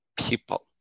people